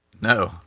No